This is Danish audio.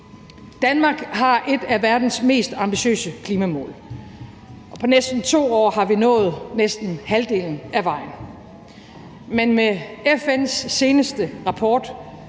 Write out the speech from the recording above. Danmark har et af verdens mest ambitiøse klimamål, og på næsten 2 år er vi nået næsten halvdelen af vejen. Men med FN’s seneste rapport